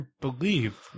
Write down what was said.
believe